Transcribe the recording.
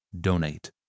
donate